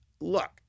look